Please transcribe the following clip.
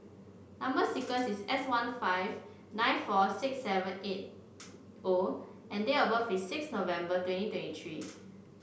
number sequence is S one five nine four six seven eight O and date of birth is six November twenty twenty three